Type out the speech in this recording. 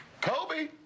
Kobe